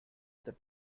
that